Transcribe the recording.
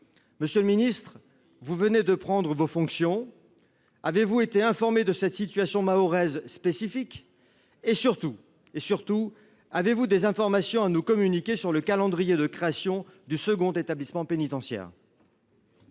Monsieur le garde des sceaux, vous venez de prendre vos fonctions. Avez vous été informé de cette situation mahoraise spécifique ? Surtout, avez vous des informations à nous communiquer sur le calendrier de création du second établissement pénitentiaire ?